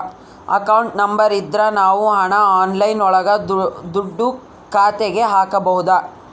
account number ಇದ್ರ ನಾವ್ ಹಣ ಆನ್ಲೈನ್ ಒಳಗ ದುಡ್ಡ ಖಾತೆಗೆ ಹಕ್ಬೋದು